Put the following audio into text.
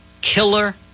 killer